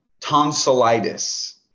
tonsillitis